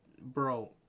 Bro